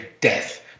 death